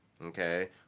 Okay